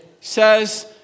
Says